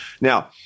Now